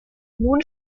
nun